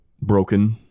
broken